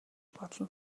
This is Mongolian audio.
болно